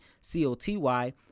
C-O-T-Y